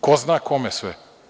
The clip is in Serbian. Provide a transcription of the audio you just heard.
Ko zna kome sve.